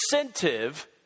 incentive